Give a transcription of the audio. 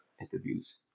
interviews